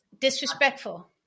disrespectful